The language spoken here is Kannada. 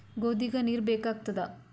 ಗೋಧಿಗ ನೀರ್ ಬೇಕಾಗತದ?